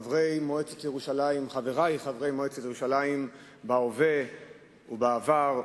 חברי חברי מועצת ירושלים בהווה ובעבר,